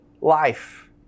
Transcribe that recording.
life